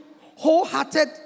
wholehearted